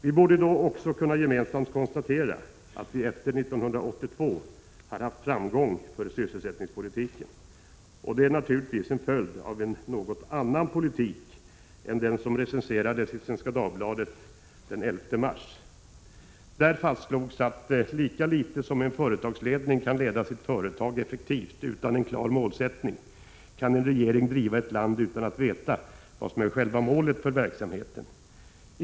Vi borde då också gemensamt kunna konstatera att vi efter 1982 har haft framgång med sysselsättningspolitiken. Detta är naturligtvis en följd av en något annan politik än den som recenserades i Svenska Dagbladet den 11 mars. Där fastslogs att ”lika lite som en företagsledning kan leda sitt företag effektivt utan en klar målsättning kan en regering driva ett land utan att veta vad som är själva målet för verksamheten”.